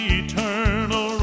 eternal